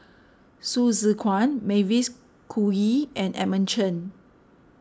Hsu Tse Kwang Mavis Khoo Oei and Edmund Chen